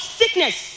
sickness